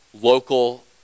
local